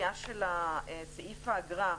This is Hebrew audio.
הסוגיה של סעיף האגרה,